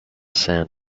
sand